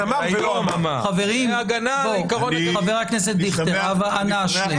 חבר הכנסת דיכטר, אנא השלם.